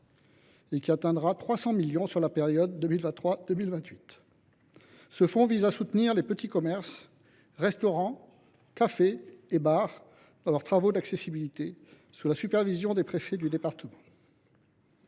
et qui atteindra 300 millions sur la période 2023 2028. Ce fonds vise à soutenir les petits commerces, restaurants, cafés et bars dans leurs travaux d’accessibilité, sous la supervision des préfets de département.